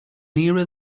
nearer